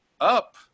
up